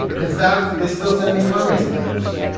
in fact, they still send me fundraising letters.